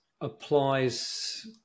applies